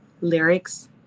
lyrics